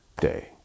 day